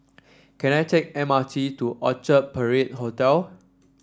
can I take M R T to Orchard Parade Hotel